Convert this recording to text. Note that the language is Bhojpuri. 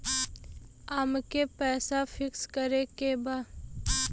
अमके पैसा फिक्स करे के बा?